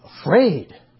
Afraid